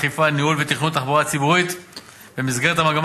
ניהול ותכנון תחבורה ציבורית במסגרת המגמה